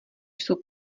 jsou